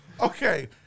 Okay